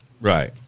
Right